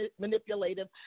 manipulative